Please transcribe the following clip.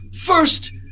First